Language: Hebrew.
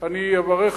ולא יישארו פה עמנו.